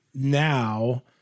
now